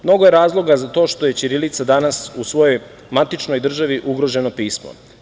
Mnogo je razloga za to što je ćirilica danas u svojoj matičnoj državi ugroženo pismo.